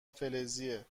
فلزیه